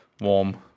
warm